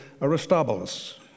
Aristobulus